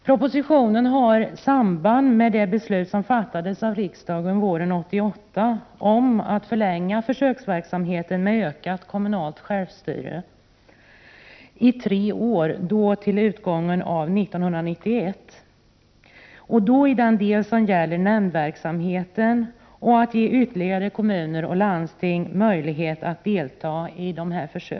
Propositionen har samband med det beslut som fattades av riksdagen våren 1988 om att förlänga försöksverksamheten med ökad kommunal självstyrelse med tre år — till utgången av 1991 — i den del som gäller nämndverksamheten och att ge ytterligare kommuner och landsting möjligheter att delta i dessa försök.